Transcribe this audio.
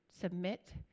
submit